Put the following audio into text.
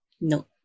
no